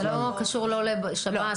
זה לא קשור לשב"ס.